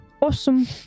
Awesome